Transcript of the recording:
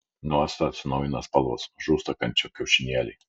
nuo acto atsinaujina spalvos žūsta kandžių kiaušinėliai